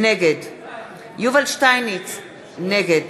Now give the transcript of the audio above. נגד יובל שטייניץ, נגד